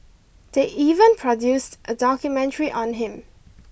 they even produced a documentary on him